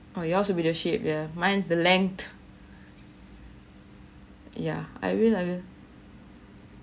oh yours would be the shape ya mine is the length ya I will I will